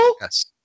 Yes